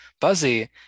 buzzy